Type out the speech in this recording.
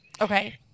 Okay